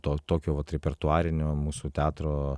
to tokio vat repertuarinio mūsų teatro